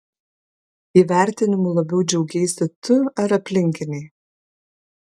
įvertinimu labiau džiaugeisi tu ar aplinkiniai